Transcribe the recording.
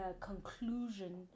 conclusion